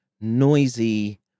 noisy